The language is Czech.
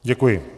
Děkuji.